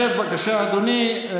שב בבקשה, אדוני.